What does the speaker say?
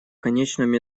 конечном